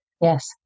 Yes